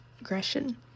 aggression